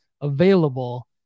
available